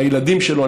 הילדים שלו,